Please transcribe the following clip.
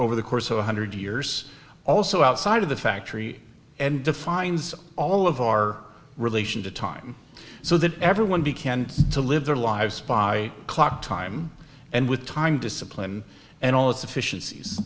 over the course of one hundred years also outside of the factory and defines all of our relation to time so that everyone be canned to live their lives by clock time and with time discipline and all its deficien